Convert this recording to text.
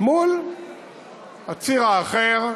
מול הציר האחר,